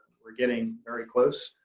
we're getting very close.